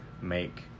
make